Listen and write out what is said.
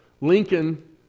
Lincoln